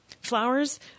Flowers